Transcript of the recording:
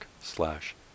slash